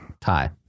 Tie